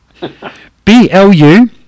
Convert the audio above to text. B-L-U